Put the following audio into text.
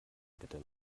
bitte